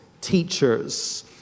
teachers